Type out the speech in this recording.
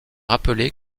rappelé